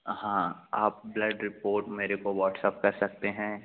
हाँ आप blood report मेरे को व्हाट्सऐप कर सकते हैं